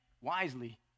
wisely